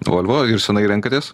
volvo ir senai renkatės